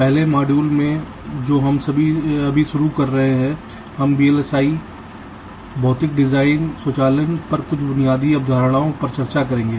पहले मॉड्यूल में जो हम अभी शुरू कर रहे हैं हम वीएलएसआई भौतिक डिजाइन स्वचालन पर कुछ बुनियादी अवधारणाओं पर चर्चा करेंगे